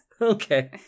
Okay